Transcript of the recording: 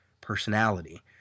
personality